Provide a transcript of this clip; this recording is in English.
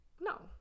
No